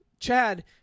Chad